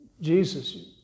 Jesus